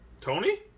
Tony